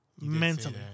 mentally